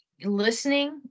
listening